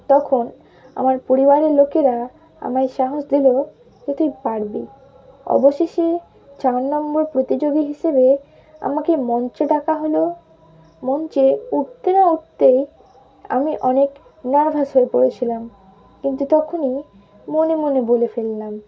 তখন আমার পরিবারের লোকেরা আমায় সাহস দিল যে তুই পারবি অবশেষে চার নম্বর প্রতিযোগী হিসেবে আমাকে মঞ্চে ডাকা হলো মঞ্চে উঠতে না উঠতেই আমি অনেক নার্ভাস হয়ে পড়েছিলাম কিন্তু তখনই মনে মনে বলে ফেললাম